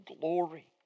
glory